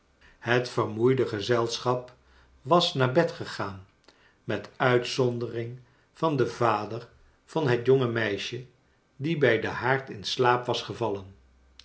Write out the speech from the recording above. het vermoeide gezelschap was naar bed gegaan met uitzondering van den vader van het jonge meisje die bij den haard in slaap was gevallen